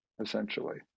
essentially